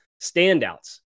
standouts